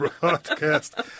broadcast